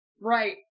right